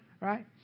right